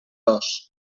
dos